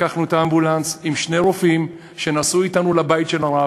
לקחנו את האמבולנס עם שני רופאים שנסעו אתנו לבית של הרב.